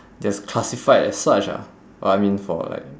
just classified as such ah I mean for like